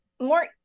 more